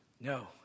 No